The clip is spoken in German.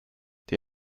die